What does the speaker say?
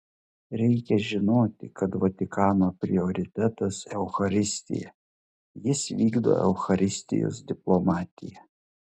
reikia žinoti kad vatikano prioritetas eucharistija jis vykdo eucharistijos diplomatiją